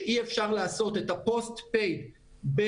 שאי אפשר לעשות את ה post pay ברב-קו,